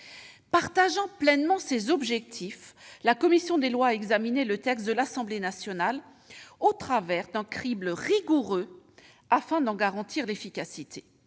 Partageant pleinement ces objectifs, la commission des lois a examiné le texte de l'Assemblée nationale au travers d'un crible rigoureux afin d'en garantir l'efficacité.